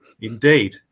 indeed